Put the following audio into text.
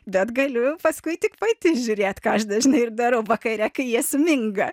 bet galiu paskui tik pati žiūrėt ką aš dažnai ir darau vakare kai jie sminga